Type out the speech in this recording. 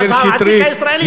אז המעסיק הישראלי,